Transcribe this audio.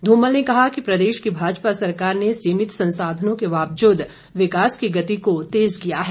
धूमल ने कहा कि प्रदेश की भाजपा सरकार ने सीमित संसाधनों के बावजूद विकास की गति को तेज किया है